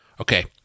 okay